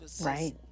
right